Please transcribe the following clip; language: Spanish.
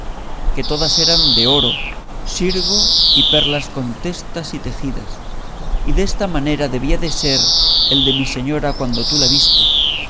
que todas eran de oro sirgo y perlas contestas y tejidas y desta manera debía de ser el de mi señora cuando tú la viste